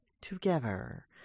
together